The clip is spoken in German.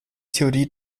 theorie